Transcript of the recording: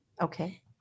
Okay